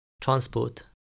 transport